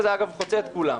אגב, זה חוצה את כולם.